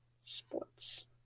sports